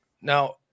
now